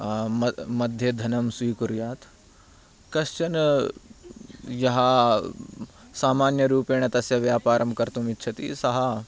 मध्ये धनं स्वीकुर्यात् कश्चन यः सामान्यरूपेण तस्य व्यापरं कर्तुमिच्छति सः